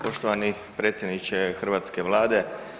Poštovani predsjedniče hrvatske Vlade.